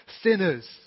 sinners